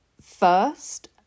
first